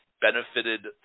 benefited